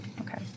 Okay